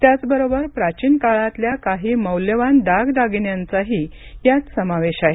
त्याचबरोबर प्राचीन काळातल्या काही मौल्यवान दागदागिन्यांचाही यात समावेश आहे